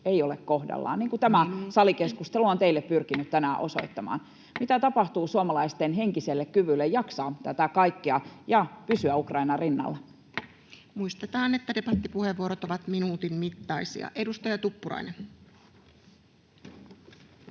ei ole kohdallaan, niin kuin tämä salikeskustelu on teille pyrkinyt tänään osoittamaan? Mitä tapahtuu suomalaisten henkiselle kyvylle jaksaa tätä kaikkea ja pysyä Ukrainan rinnalla? Muistetaan, että debattipuheenvuorot ovat minuutin mittaisia. — Edustaja Tuppurainen.